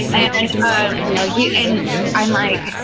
and no, he, and i like,